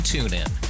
TuneIn